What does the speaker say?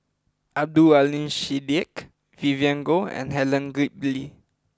Abdul Aleem Siddique Vivien Goh and Helen Gilbey